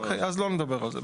אוקיי, אז לא נדבר על זה.